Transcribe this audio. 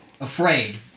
afraid